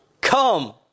come